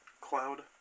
Cloud